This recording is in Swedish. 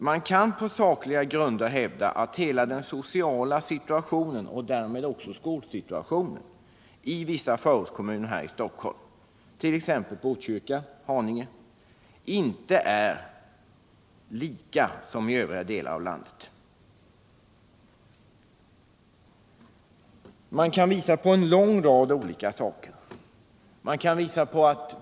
Man kan på sakliga grunder hävda att hela den sociala situationen och därmed också skolsituationen i vissa förortskommuner här i Stockholm, t.ex. Botkyrka och Haninge, skiljer sig från den sociala situationen i övriga delar av landet. Man kan peka på en lång rad olika orsaker till detta.